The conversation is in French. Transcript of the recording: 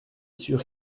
sûr